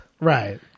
right